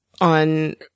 on